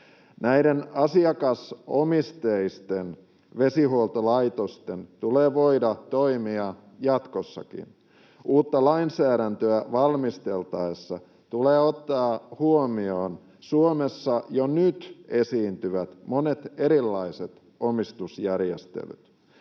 Näiden asiakasomisteisten vesihuoltolaitosten tulee voida toimia jatkossakin. Uutta lainsäädäntöä valmisteltaessa tulee ottaa huomioon Suomessa jo nyt esiintyvät monet erilaiset omistusjärjestelyt.